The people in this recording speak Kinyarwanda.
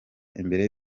imbere